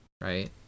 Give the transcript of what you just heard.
right